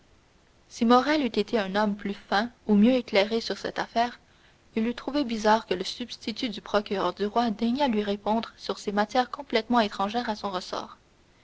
si morrel eût été un homme plus fin ou mieux éclairé sur cette affaire il eût trouvé bizarre que le substitut du procureur du roi daignât lui répondre sur ces matières complètement étrangères à son ressort